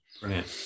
Brilliant